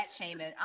shaming